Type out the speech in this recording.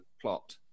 plot